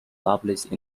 published